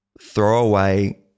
throwaway